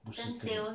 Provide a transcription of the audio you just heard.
不是跟我